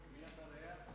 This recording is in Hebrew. בבקשה.